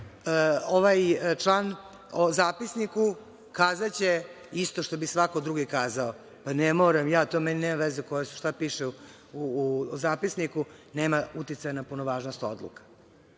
ovaj član o zapisniku, kazaće isto što bi i svako drugi kazao – pa, ne moram ja, meni to nema veze šta piše u zapisniku, nema uticaja na punovažnost odluka.